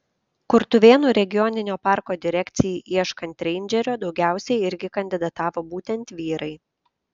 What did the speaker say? kurtuvėnų regioninio parko direkcijai ieškant reindžerio daugiausiai irgi kandidatavo būtent vyrai